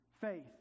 faith